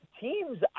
teams